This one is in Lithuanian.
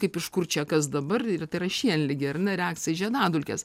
kaip iš kur čia kas dabar ir tai yra šienligę ar ne reakcija į žiedadulkes